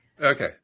Okay